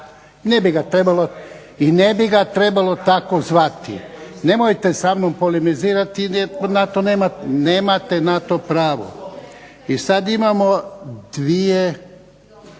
ne bi ga trebalo tako zvati. Nemojte sa mnom polemizirati, nemate na to pravo. I sada imamo dvije